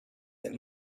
that